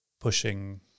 pushing